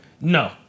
No